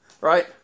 right